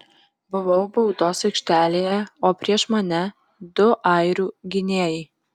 buvau baudos aikštelėje o prieš mane du airių gynėjai